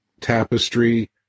tapestry